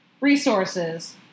resources